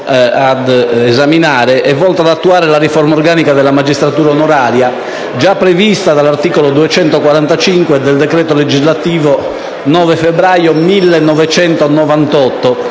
è volta ad attuare la riforma organica della magistratura onoraria, già prevista dall'articolo 245 del decreto legislativo 9 febbraio 1998,